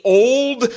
old